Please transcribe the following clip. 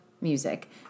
Music